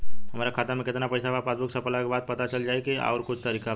हमरा खाता में केतना पइसा बा पासबुक छपला के बाद पता चल जाई कि आउर कुछ तरिका बा?